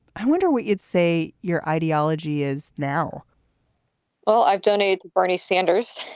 i wonder what you'd say your ideology is now well, i've done a bernie sanders.